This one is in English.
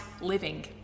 living